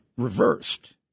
reversed